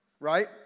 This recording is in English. right